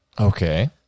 Okay